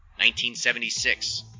1976